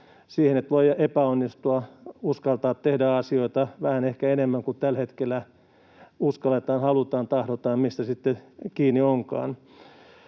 että voi epäonnistua ja uskaltaa tehdä asioita vähän ehkä enemmän kuin tällä hetkellä uskalletaan, halutaan tai tahdotaan, mistä se sitten kiinni onkaan.